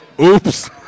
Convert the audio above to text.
Oops